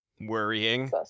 Worrying